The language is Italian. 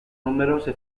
numerose